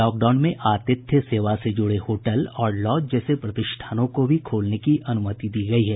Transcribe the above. lockdown में आतिथ्य सेवा से जुड़े होटल और लॉज जैसे प्रतिष्ठानों को भी खोलने की अनुमति दी गयी है